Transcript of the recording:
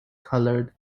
colored